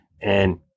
And-